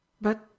But